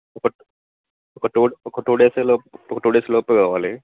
ఒక ఒక టూ ఒక టూ డేస్లోపు ఒక టూ డేస్లోపు కావాలి